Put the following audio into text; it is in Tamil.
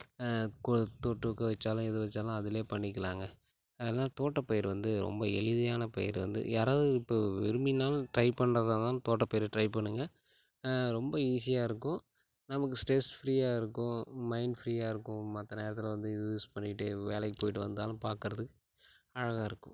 கொல் தொட்டுக்க வச்சாலும் எது வச்சாலும் அதுலையே பண்ணிக்கலாங்க அதான் தோட்டப்பயிர் வந்து ரொம்ப எளிதியான பயிர் வந்து யாராவது இப்போ விரும்பினாலும் ட்ரை பண்றதாக இருந்தாலும் தோட்டப்பயிரை ட்ரை பண்ணுங்கள் ரொம்ப ஈஸியாக இருக்கும் நமக்கு ஸ்ட்ரெஸ் ஃப்ரீயாக இருக்கும் மைண்ட் ஃப்ரீயாக இருக்கும் மற்ற நேரத்தில் வந்து இது யூஸ் பண்ணிகிட்டே வேலைக்கு போய்விட்டு வந்தாலும் பார்க்கறதுக்கு அழகாக இருக்கும்